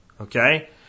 Okay